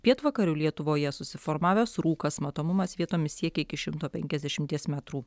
pietvakarių lietuvoje susiformavęs rūkas matomumas vietomis siekia iki šimto penkiasdešimties metrų